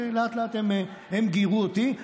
לאט-לאט הם גיירו אותי.